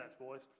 boys